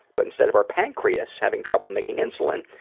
but instead of our pancreas having trouble making insulin,